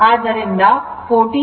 ಆದ್ದರಿಂದ 14